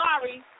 Sorry